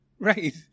Right